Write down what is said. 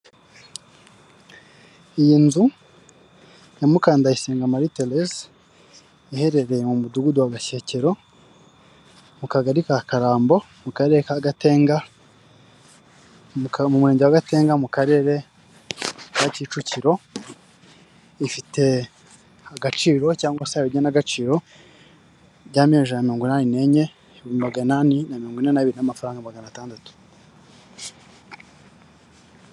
Iyi nzu ya Mukandayisenga Mari Terese iherereye mu mudugudu wa Gashyekero mu kagari ka Karambo mu murenge wa Gatenga mu karere ka Kicukiro ifite agaciro cyangwa se igenagaciro ka miliyoni ijana na mirongo inani nenye, ibihumbi magana inani mirongo ine na bibiri n'amafaranga magana atandatu.